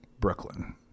brooklyn